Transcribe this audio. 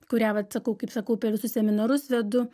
kurią vat sakau kaip sakau per visus seminarus vedu